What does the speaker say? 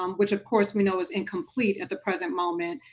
um which of course we know is incomplete at the present moment,